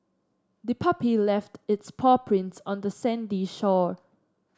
the puppy left its paw prints on the sandy shore